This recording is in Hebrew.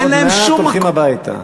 עוד מעט הולכים הביתה.